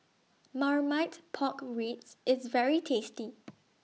Marmite Pork Ribs IS very tasty